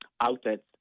outlets